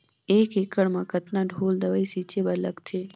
एक एकड़ म कतका ढोल दवई छीचे बर लगथे?